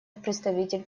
представитель